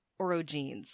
orogenes